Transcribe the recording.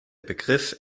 begriff